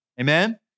amen